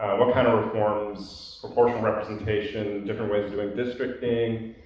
what kind of reforms, proportional representation, different ways of doing districting,